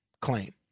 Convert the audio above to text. claim